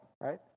right